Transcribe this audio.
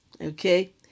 okay